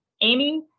Amy